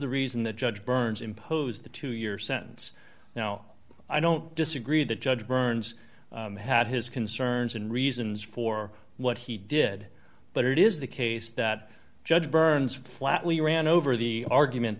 the reason the judge burns imposed a two year sentence now i don't disagree that judge byrnes had his concerns and reasons for what he did but it is the case that judge burns flatly ran over the argument